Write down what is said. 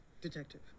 Detective